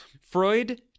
Freud